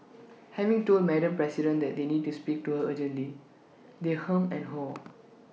having told Madam president that they need to speak to her urgently they hem and haw